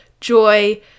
joy